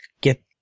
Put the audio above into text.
get